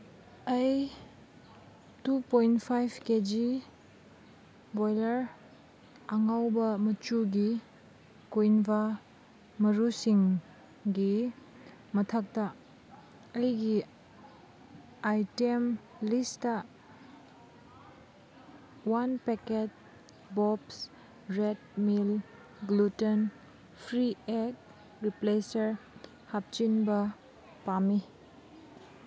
ꯑꯩ two point five K G boiler ꯑꯅꯧꯕ ꯃꯆꯨꯒꯤ ꯀ꯭ꯌꯨꯏꯟꯕꯥ ꯃꯔꯨꯁꯤꯡꯒꯤ ꯃꯊꯛꯇ ꯑꯩꯒꯤ ꯑꯥꯏꯇꯦꯝ ꯂꯤꯁꯇ one packet Bob's Red Mill gluten free egg replacer ꯍꯥꯞꯆꯤꯟꯕ ꯄꯥꯝꯃꯤ